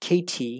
KT